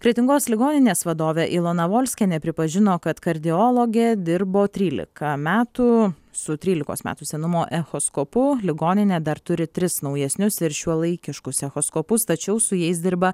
kretingos ligoninės vadovė ilona volskienė pripažino kad kardiologe dirbo trylika metų su trylikos metų senumo echoskopu ligoninė dar turi tris naujesnius ir šiuolaikiškus echoskopus tačiau su jais dirba